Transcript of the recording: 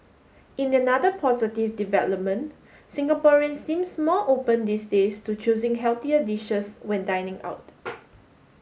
in another positive development Singaporean seems more open these days to choosing healthier dishes when dining out